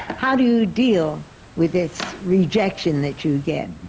how do you deal with this rejection that you get?